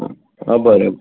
हां बरें